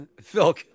Phil